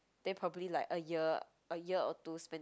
then probably like a year a year or two spent